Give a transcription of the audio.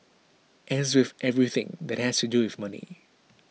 as with everything that has to do with money